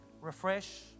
refresh